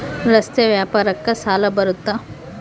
ರಸ್ತೆ ವ್ಯಾಪಾರಕ್ಕ ಸಾಲ ಬರುತ್ತಾ?